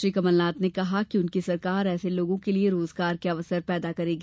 श्री कमलनाथ ने कहा कि उनकी सरकार एसे लोगों के लिये रोजगार के अवसर पैदा करेगी